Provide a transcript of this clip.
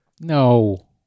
No